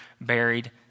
buried